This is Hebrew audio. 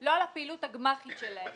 לא על הפעילות הגמ"חית שלהם,